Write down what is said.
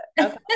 Okay